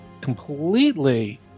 completely